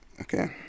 Okay